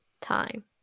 time